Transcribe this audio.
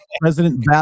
President